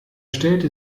stellte